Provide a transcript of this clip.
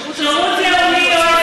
לשירות לאומי.